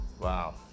Wow